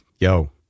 Yo